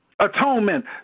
Atonement